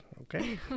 okay